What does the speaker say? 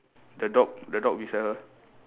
the dog the dog beside her